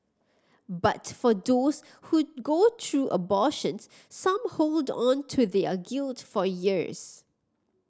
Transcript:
but for those who go through abortions some hold on to their guilt for years